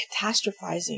catastrophizing